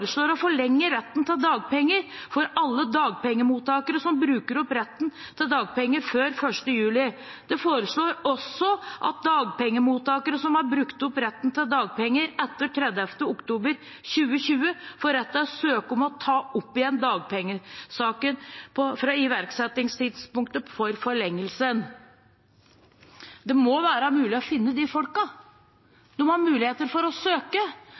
å forlenge retten til dagpenger for alle dagpengemottakere som bruker opp retten til dagpenger før 1. juli. Det foreslås også at dagpengemottakere som har brukt opp dagpengeretten etter 31. oktober 2020, får rett til å søke om å ta opp igjen dagpengesaken fra iverksettelsestidspunktet for forlengelsene.» Det må være mulig å finne de folka. De har muligheter for å søke.